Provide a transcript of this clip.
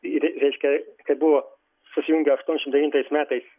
ir reiškia kad buvo susijungę aštuoniasdešimt devintais metais